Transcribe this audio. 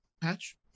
patch